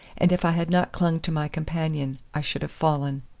and if i had not clung to my companion i should have fallen.